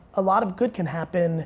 a lot of good can happen